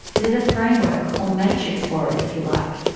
they're the framework or matrix for it, if you like.